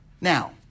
Now